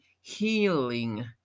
healing